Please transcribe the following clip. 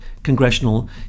Congressional